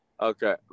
Okay